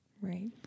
Right